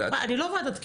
אני לא ועדת קישוט.